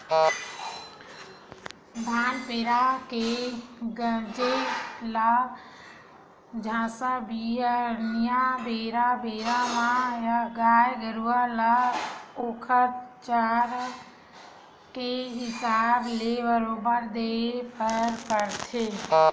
धान पेरा के गांजे ल संझा बिहनियां बेरा बेरा म गाय गरुवा ल ओखर चारा के हिसाब ले बरोबर देय बर परथे